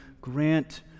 grant